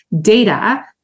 data